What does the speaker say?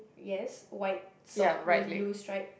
yes white sock with blue stripe